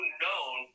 known